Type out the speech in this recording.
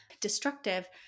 destructive